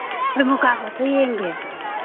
ꯍꯣꯏ ꯃꯨꯀꯥꯗꯁꯨ ꯌꯦꯡꯒꯦ